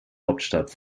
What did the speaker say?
hauptstadt